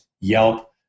Yelp